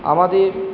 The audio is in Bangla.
আমাদের